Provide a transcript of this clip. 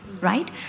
right